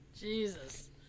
Jesus